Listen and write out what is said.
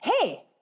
hey